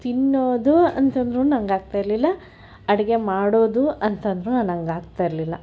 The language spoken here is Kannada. ತಿನ್ನೋದು ಅಂತಂದರೂ ನನ್ಗೆ ಆಗ್ತಾಯಿರ್ಲಿಲ್ಲ ಅಡುಗೆ ಮಾಡೋದು ಅಂತಂದರೂ ನನ್ಗೆ ಆಗ್ತಾಯಿರಲಿಲ್ಲ